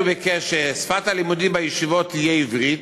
הוא ביקש ששפת הלימודים בישיבות תהיה עברית,